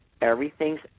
Everything's